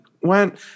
went